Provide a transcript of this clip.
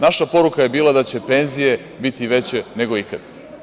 Naša poruka je bila da će penzije biti veće nego ikad.